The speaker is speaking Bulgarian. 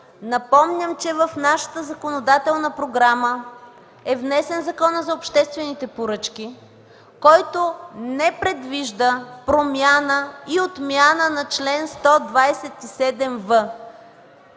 Напомням, че в нашата законодателна програма е внесен Законът за обществените поръчки, който не предвижда промяна и отмяна на чл. 127в